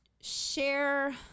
share